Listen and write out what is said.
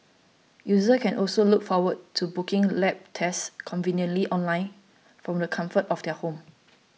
users can also look forward to booking lab tests conveniently online from the comfort of their home